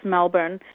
Melbourne